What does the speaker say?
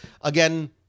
again